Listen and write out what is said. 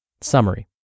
Summary